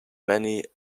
many